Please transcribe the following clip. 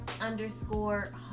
underscore